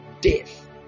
Death